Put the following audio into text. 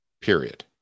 period